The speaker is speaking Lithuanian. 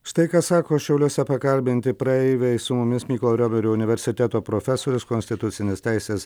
štai ką sako šiauliuose pakalbinti praeiviai su mumis mykolo riomerio universiteto profesorius konstitucinės teisės